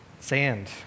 sand